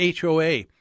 HOA